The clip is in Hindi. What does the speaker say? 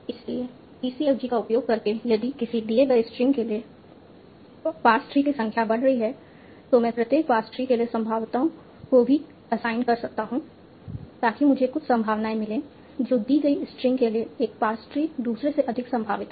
इसलिए PCFG का उपयोग करके यदि किसी दिए गए स्ट्रिंग के लिए पार्स ट्री की संख्या बढ़ रही है तो मैं प्रत्येक पार्स ट्री के लिए संभाव्यताओं को भी असाइन कर सकता हूं ताकि मुझे कुछ संभावनाएं मिलें जो दी गई स्ट्रिंग के लिए एक पार्स ट्री दूसरे से अधिक संभावित है